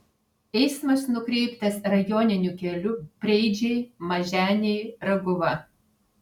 eismas nukreiptas rajoniniu keliu preidžiai maženiai raguva